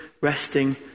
resting